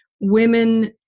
women